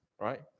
right